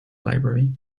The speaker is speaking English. library